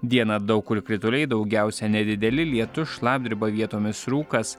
dieną daug kur krituliai daugiausia nedideli lietus šlapdriba vietomis rūkas